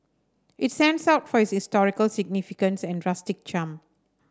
it stands out for its historical significance and rustic charm